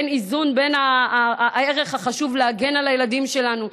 באיזון בין הערך החשוב של הגנה על הילדים שלנו,